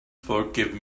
forgive